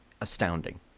astounding